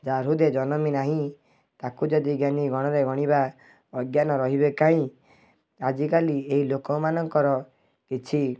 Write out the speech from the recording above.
ଯା ହୃଦେ ଜନମି ନାହିଁ ତାକୁ ଯଦି ଜ୍ଞାନୀ ଗଣରେ ଗଣିବା ଅଜ୍ଞାନ ରହିବେ କାହିଁ ଆଜିକାଲି ଏଇ ଲୋକମାନଙ୍କର କିଛି